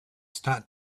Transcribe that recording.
start